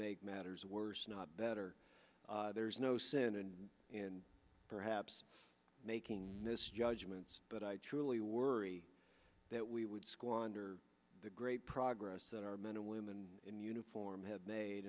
make matters worse not better there is no sin and perhaps making misjudgements but i truly worry that we would squander the great progress that our men and women in uniform have made